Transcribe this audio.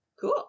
cool